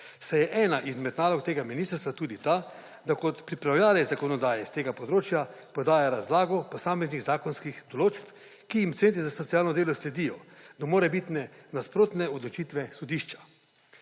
saj je ena izmed nalog tega ministrstva tudi ta, da kot pripravljavec zakonodaje s tega področja podaja razlago posameznih zakonskih določb, ki jim centri za socialno delo sledijo do morebitne nasprotne odločitve sodišča.